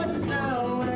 snow